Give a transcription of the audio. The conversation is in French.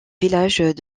villages